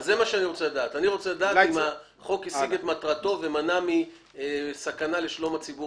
אני רוצה לדעת אם החוק השיג את מטרתו ומנע סכנה לשלום הציבור